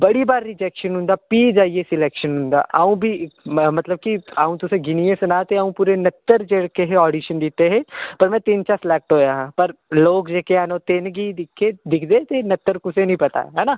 बड़ी बारी रिजैक्शन होंदा प्ही जाइयै स्लैक्शन होंदा अ'ऊं बी मतलब कि अ'ऊं तु'सेई गिनियै सनांऽ ते अ'ऊं पूरे नत्तर जेह्के हे ऑडिशन दित्ते पर में ति'न्न चा स्लैक्ट होआ हा पर लोक जेह्ड़े न ति'न्न गी दिक्खियै दिखदे ते नत्तर कु'सै निं पता है ना